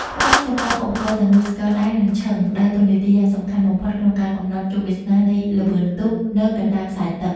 ក្នុងចំណោមឧបករណ៍ទាំងនោះ ស្គរដៃ និងឈឹង ដើរតួនាទីយ៉ាងសំខាន់បំផុតក្នុងការកំណត់ជោគវាសនានៃល្បឿនទូកនៅកណ្តាលខ្សែទឹក។